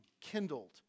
kindled